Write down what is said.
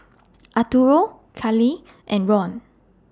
Arturo Kaley and Ron